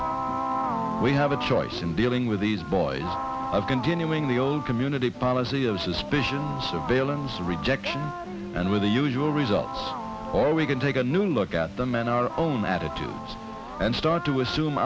useful we have a choice in dealing with these boys of continuing the old community policy of suspicion surveillance rejection and with the usual results all we can take a new look at the man our own attitudes and start to assume